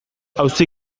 auzi